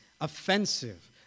offensive